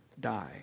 die